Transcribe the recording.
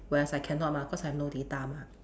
whereas I cannot mah cause I have no data mah